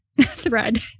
thread